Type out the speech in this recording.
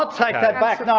um take that back. no.